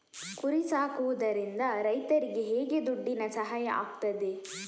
ಕುರಿ ಸಾಕುವುದರಿಂದ ರೈತರಿಗೆ ಹೇಗೆ ದುಡ್ಡಿನ ಸಹಾಯ ಆಗ್ತದೆ?